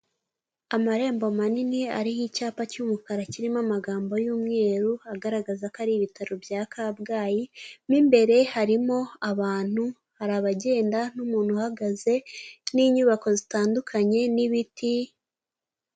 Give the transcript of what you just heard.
Amarembo manini ariho icyapa cy'umukara kirimo amagambo y'umweru, agaragaza ko ari ibitaro bya kabgayi, mo imbere harimo abantu, hari abagenda n'umuntu uhagaze, n'inyubako zitandukanye n'ibiti.